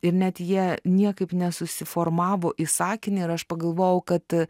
ir net jie niekaip nesusiformavo į sakinį ir aš pagalvojau kad